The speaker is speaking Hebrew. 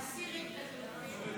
להסיר את לחלופין.